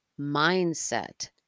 mindset